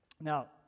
Now